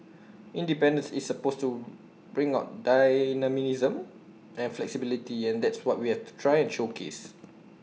independence is supposed to bring about dynamism and flexibility and that's what we have to try and showcase